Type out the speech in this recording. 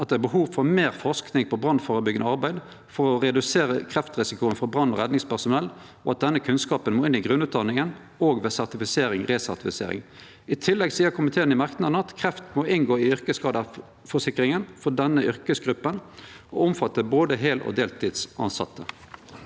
at det er behov for meir forsking på brannførebyggjande arbeid for å redusere kreftrisikoen for brann- og redningspersonell, og at denne kunnskapen må inn i grunnutdanninga og ved sertifisering/resertifisering. I tillegg seier komiteen i merknadene at kreft må inngå i yrkesskadeforsikringa for denne yrkesgruppa og omfatte både heil- og deltidstilsette.